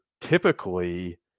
typically